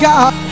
God